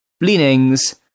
leanings